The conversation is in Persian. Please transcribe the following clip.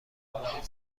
محیط